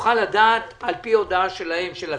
נוכל לדעת על פי הודעה של הצוות